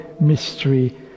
mystery